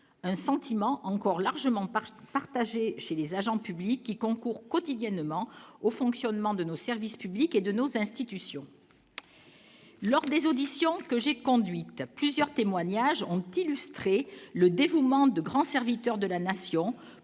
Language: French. un sentiment encore largement par partagé chez les agents publics qui concourent quotidiennement au fonctionnement de nos services publics et de nos institutions, lors des auditions que j'ai conduite à plusieurs témoignages ont illustré le dévouement de grand serviteur de la nation